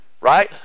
Right